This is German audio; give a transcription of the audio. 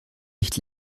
nicht